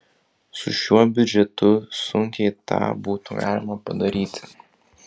su šiuo biudžetu sunkiai tą būtų galima padaryti